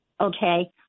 Okay